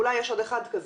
אולי יש עוד אחד כזה.